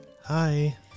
Hi